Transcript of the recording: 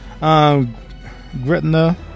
Gretna